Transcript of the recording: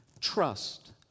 Trust